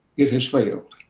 it has failed.